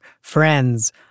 Friends